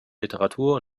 literatur